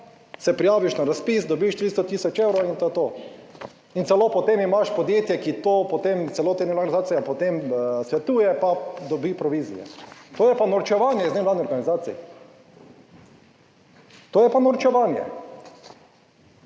se prijaviš na razpis, dobiš 300 tisoč evrov in to je to. In celo potem imaš podjetje, ki to potem, celotna organizacija potem svetuje pa dobi provizije. To je pa norčevanje iz nevladnih organizacij. To je pa norčevanje